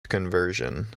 conversion